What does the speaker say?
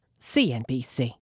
CNBC